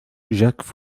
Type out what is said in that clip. jacques